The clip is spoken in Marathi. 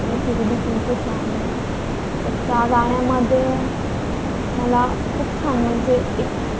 मै फिर भी तुमको चाहूंगा तर त्या गाण्यामध्ये मला खूप छान म्हणजे एक